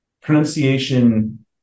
pronunciation